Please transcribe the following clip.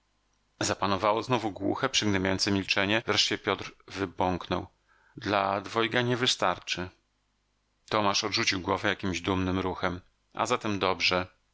zapanowało znowu głuche przygnębiające milczenie wreszcie piotr wybąknął dla dwojga nie wystarczy tomasz odrzucił głowę jakimś dumnym ruchem a zatem dobrze